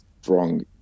strong